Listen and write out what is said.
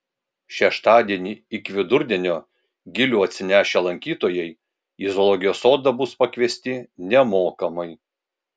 šeštadienį iki vidurdienio gilių atsinešę lankytojai į zoologijos sodą bus pakviesti nemokamai